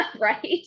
right